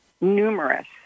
numerous